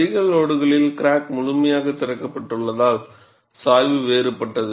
அதிக லோடுகளில் கிராக் முழுமையாக திறக்கப்பட்டுள்ளதால் சாய்வு வேறுபட்டது